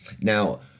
now